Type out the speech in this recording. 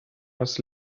was